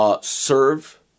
serve